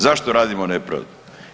Zašto radimo nepravdu?